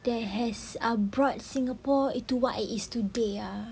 there has uh brought singapore into what it is today ah